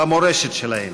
במורשת שלהם.